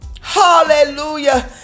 Hallelujah